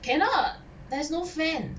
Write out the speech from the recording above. cannot there's no fan